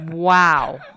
Wow